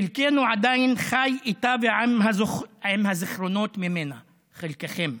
חלקנו עדיין חי איתה ועם הזיכרונות ממנה, חלקכם.